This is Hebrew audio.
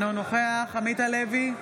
אינו נוכח עמית הלוי,